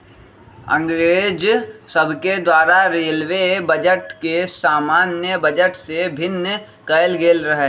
अंग्रेज सभके द्वारा रेलवे बजट के सामान्य बजट से भिन्न कएल गेल रहै